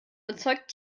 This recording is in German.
erzeugt